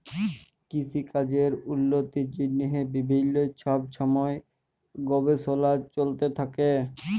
কিসিকাজের উল্লতির জ্যনহে বিভিল্ল্য ছব ছময় গবেষলা চলতে থ্যাকে